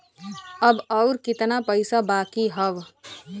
अब अउर कितना पईसा बाकी हव?